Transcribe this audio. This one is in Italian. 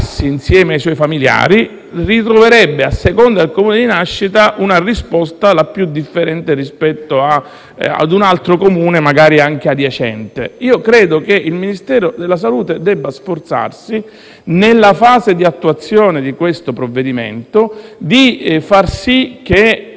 insieme ai suoi familiari, troverebbe, a seconda del Comune di nascita, una risposta differente rispetto ad un altro Comune magari anche adiacente. Credo che il Ministero della salute debba sforzarsi, nella fase di attuazione del provvedimento, di far sì che